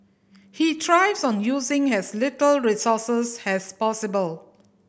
he thrives on using has little resources has possible